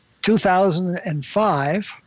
2005